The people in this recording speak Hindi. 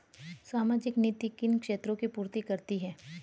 सामाजिक नीति किन क्षेत्रों की पूर्ति करती है?